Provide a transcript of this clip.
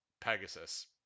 Pegasus